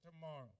tomorrow